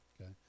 okay